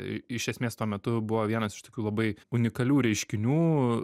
iš esmės tuo metu buvo vienas iš tokių labai unikalių reiškinių